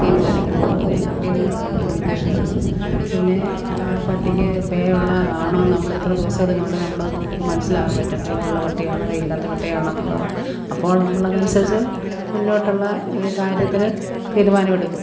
തീരുമാനിക്കുന്നത് അതുകൊണ്ട് ആ കുട്ടീനെയും കൊണ്ട് നമ്മൾ പോയി ഇൻജക്ഷൻ എടുക്കും പിന്നെ ആ പട്ടിക്ക് പേ ഉള്ള ആണോയെന്നു നമ്മൾ ഇത്ര ദിവസത്തിനുള്ളിൽ നമ്മളത് നമുക്ക് മനസ്സില്ലാക്കാൻ പറ്റും പേ ഉള്ള പട്ടിയാണോ അതോ ഇല്ലാത്ത പട്ടിയാണോ എന്നുള്ളത് അപ്പോൾ നമ്മൾ അതനുസരിച്ച് മുന്നോട്ടുള്ള കാര്യത്തിനു തീരുമാനമെടുക്കും